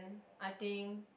I think